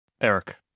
Eric